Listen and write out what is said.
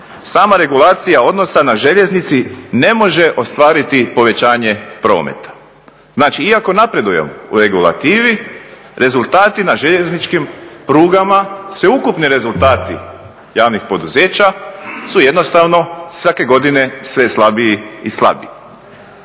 Sama regulacija odnosa na željeznici ne može ostvariti povećanje prometa. Znači, iako napredujemo u regulativi, rezultati na željezničkim prugama, sveukupni rezultati javnih poduzeća su jednostavno svake godine sve slabiji i slabiji.